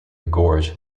gorge